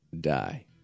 die